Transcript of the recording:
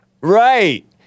Right